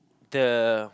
the